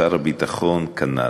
שר הביטחון, כנ"ל.